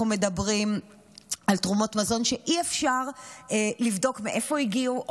אנחנו מדברים על תרומות מזון שאי-אפשר לבדוק מאיפה הגיעו,